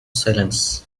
silence